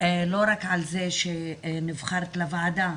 לא רק על זה שנבחרת לוועדה,